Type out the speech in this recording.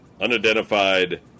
unidentified